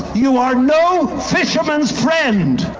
you are no fisherman's friend!